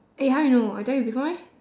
eh how you know I tell you before meh